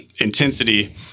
intensity